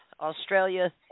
Australia